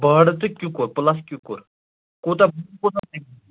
بۄہڑٕ تہٕ کِکُر پٕلس کِکُر کوتاہ کوتاہ لگہِ